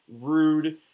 rude –